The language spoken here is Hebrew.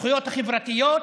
הזכויות החברתיות,